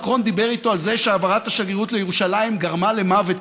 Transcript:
מקרון דיבר אתו על זה שהעברת השגרירות לירושלים גרמה למוות,